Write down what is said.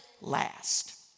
last